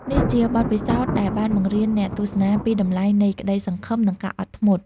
នេះជាបទពិសោធន៍ដែលបានបង្រៀនអ្នកទស្សនាពីតម្លៃនៃក្តីសង្ឃឹម និងការអត់ធ្មត់។